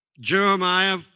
Jeremiah